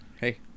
Hey